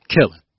killing